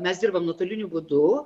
mes dirbam nuotoliniu būdu